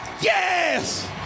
yes